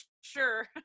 sure